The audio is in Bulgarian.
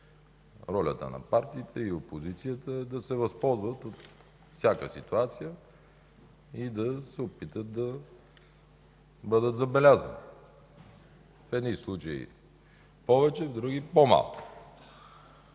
Ролята на партиите и на опозицията е да се възползват от всяка ситуация и да се опитват да бъдат забелязвани – в едни случаи повече, в други случаи по-малко.